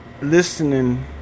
listening